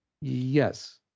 Yes